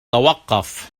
توقف